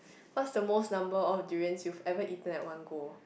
what's the most number of durians you've ever eaten at one go